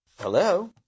Hello